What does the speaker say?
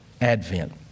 advent